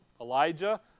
Elijah